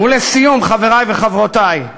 לסיום, חברי וחברותי,